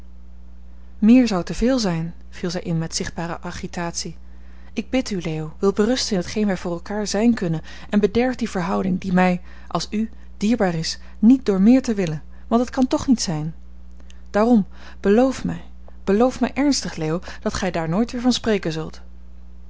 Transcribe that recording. meer zou te veel zijn viel zij in met zichtbare agitatie ik bid u leo wil berusten in t geen wij voor elkaar zijn kunnen en bederf die verhouding die mij als u dierbaar is niet door meer te willen want dat kan toch niet zijn daarom beloof mij beloof mij ernstig leo dat gij daar nooit weer van spreken zult